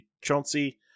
Chauncey